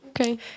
Okay